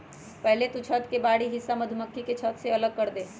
पहले तु छत्त के बाहरी हिस्सा मधुमक्खी के छत्त से अलग करदे